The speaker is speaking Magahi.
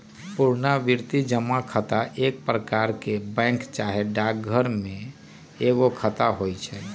पुरनावृति जमा खता एक प्रकार के बैंक चाहे डाकघर में एगो खता होइ छइ